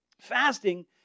Fasting